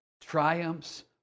triumphs